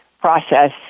process